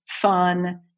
fun